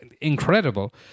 incredible